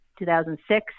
2006